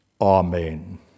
Amen